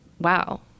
wow